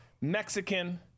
Mexican